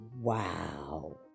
Wow